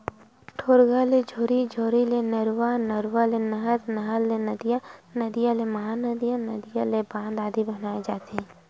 ढोरगा ले झोरी, झोरी ले नरूवा, नरवा ले नहर, नहर ले नदिया, नदिया ले महा नदिया, नदिया ले बांध आदि बनाय जाथे